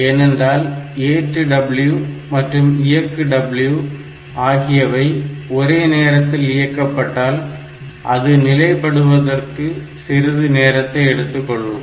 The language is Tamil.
ஏனென்றால் ஏற்று W மற்றும் இயக்கு W ஆகியவை ஒரே நேரத்தில் இயக்கப்பட்டால் அது நிலைபடுவதற்கு சிறிது நேரத்தை எடுத்துக்கொள்ளும்